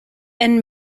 and